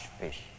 fish